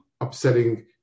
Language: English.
upsetting